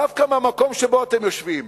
דווקא מהמקום שבו אתם יושבים,